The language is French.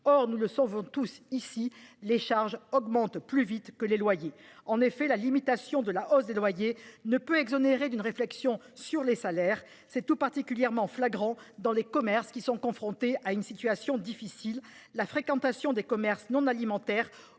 Or, nous le savons tous ici, les charges augmentent plus vite que les loyers ! Enfin, la limitation de la hausse des loyers n'exonère pas le Gouvernement d'une réflexion sur la hausse des salaires. C'est tout particulièrement flagrant dans les commerces qui sont confrontés à une situation difficile : la fréquentation des commerces non alimentaires